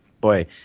Boy